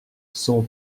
son